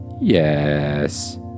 yes